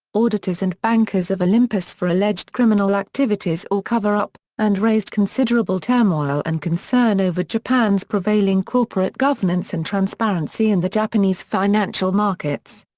auditors and bankers of olympus for alleged criminal activities or cover-up, and raised considerable turmoil and concern over japan's prevailing corporate governance and transparency and the japanese financial markets.